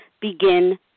begin